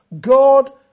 God